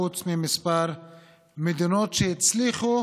חוץ מכמה מדינות שהצליחו